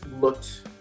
looked